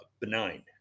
benign